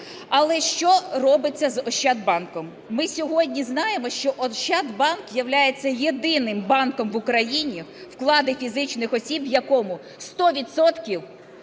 Але що робиться з Ощадбанком? Ми сьогодні знаємо, що Ощадбанк являється єдиним банком в Україні, вклади фізичних осіб в якому в 100